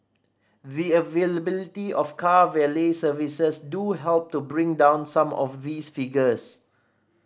the availability of car valet services do help to bring down some of these figures